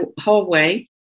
hallway